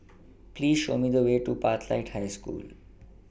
Please Show Me The Way to Pathlight School